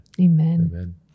Amen